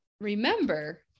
remember